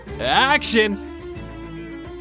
action